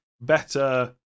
better